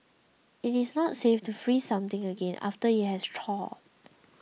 it is not safe to freeze something again after it has thawed